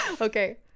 Okay